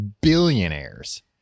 billionaires